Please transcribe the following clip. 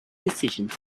decisions